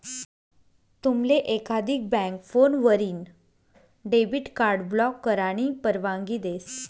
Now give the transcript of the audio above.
तुमले एकाधिक बँक फोनवरीन डेबिट कार्ड ब्लॉक करानी परवानगी देस